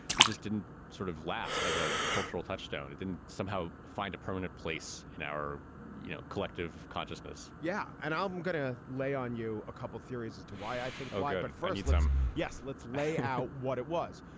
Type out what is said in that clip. it just didn't sort of last as a cultural touchstone. it didn't somehow find a permanent place in our you know collective consciousness yeah. and i'm going to lay on you a couple of theories as to why i think but first some. yes. let's lay out what it was.